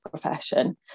profession